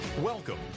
Welcome